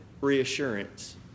reassurance